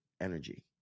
energy